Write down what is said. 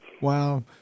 wow